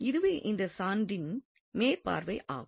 இதுவே இந்த சான்றின் மேற்பார்வை ஆகும்